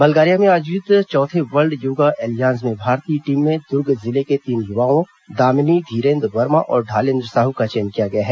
बल्गारिया में आयोजित चौथे वर्ल्ड योगा एलियांज में भारतीय टीम में दूर्ग जिले के तीन युवाओं दामिनी धीरेंद्र वर्मा और ढालेंद्र साहू का चयन किया गया है